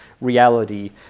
reality